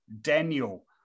Daniel